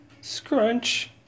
scrunch